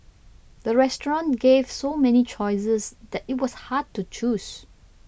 the restaurant gave so many choices that it was hard to choose